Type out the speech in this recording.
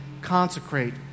consecrate